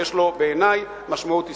שיש לו בעיני משמעות היסטורית.